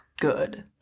good